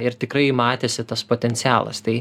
ir tikrai matėsi tas potencialas tai